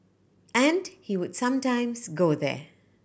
and he would sometimes go there